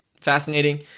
fascinating